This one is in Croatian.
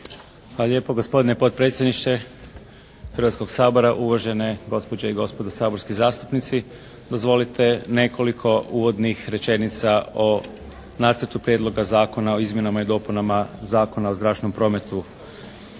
lijepo gospodine potpredsjedniče Hrvatskog sabora, uvažene gospođe i gospodo saborski zastupnici. Dozvolite nekoliko uvodnih rečenica o Nacrtu prijedloga zakona o izmjenama i dopunama Zakona o zračnom prometu.